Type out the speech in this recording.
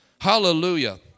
Hallelujah